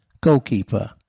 goalkeeper